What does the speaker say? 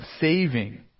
saving